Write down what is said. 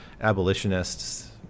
abolitionists